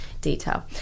detail